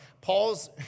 Paul's